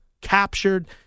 captured